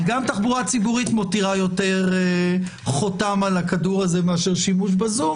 אבל גם תחבורה ציבורית מותירה יותר חותם על הכדור הזה מאשר שימוש בזום.